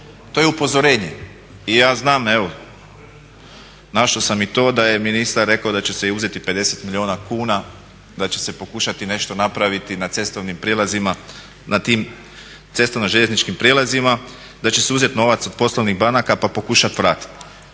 To je upozorenje i ja znam, našao sam i to da je ministar rekao da će se i uzeti 50 milijuna kuna, da će se pokušati nešto napraviti na cestovnim prijelazima na tim cestovno željezničkim prijelazima, da će se uzeti novac od poslovnih banaka pa pokušati vratiti.